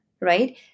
right